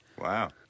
Wow